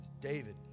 David